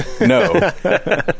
no